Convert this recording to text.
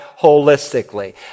holistically